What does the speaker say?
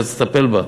צריך לטפל בה.